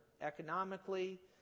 economically